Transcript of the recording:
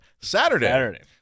Saturday